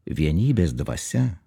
vienybės dvasia